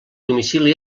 domicili